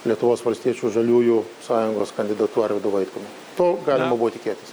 lietuvos valstiečių žaliųjų sąjungos kandidatu arvydu vaitkumi to galima buvo tikėtis